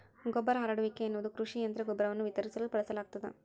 ಗೊಬ್ಬರ ಹರಡುವಿಕೆ ಎನ್ನುವುದು ಕೃಷಿ ಯಂತ್ರ ಗೊಬ್ಬರವನ್ನು ವಿತರಿಸಲು ಬಳಸಲಾಗ್ತದ